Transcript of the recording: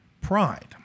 pride